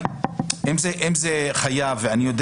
אם זה חייב ואני גם